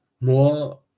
more